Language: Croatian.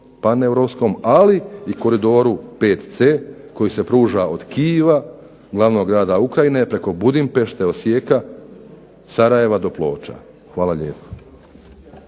PAN-europskom ali i Koridoru 5C koji se pruža od Kijeva glavnog grada Ukrajine preko Budimpešte, Osijeka, Sarajeva do Ploča. Hvala lijepo.